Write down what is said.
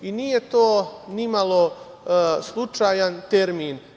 Nije to ni malo slučajan termin.